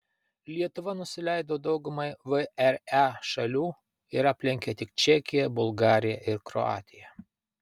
lietuva nusileido daugumai vre šalių ir aplenkė tik čekiją bulgariją ir kroatiją